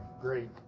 great